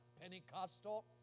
Pentecostal